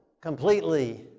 completely